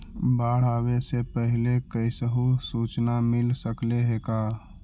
बाढ़ आवे से पहले कैसहु सुचना मिल सकले हे का?